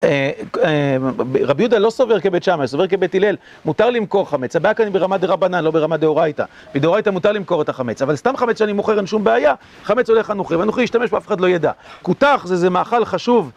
רבי יהודה לא סובר כבית שמאס, הוא סובר כבית שמאי, מותר למכור חמץ רק אני ברמת דרבנן, לא ברמת דאורייתא בדאורייתא מותר למכור את החמץ, אבל סתם חמץ שאני מוכר אין שום בעיה חמץ עולה לנוכים, חנוכים ישתמש בו אף אחד לא ידע כותח זה איזה מאכל חשוב